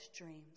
dreams